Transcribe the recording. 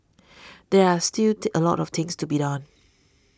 there are still the a lot of things to be done